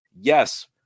Yes